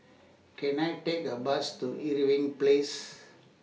Can I Take A Bus to Irving Place